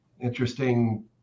interesting